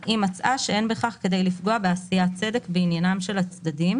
אם מצאה שאין בכך כדי לפגוע בעשיית צדק בעניינם של הצדדים."